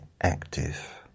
active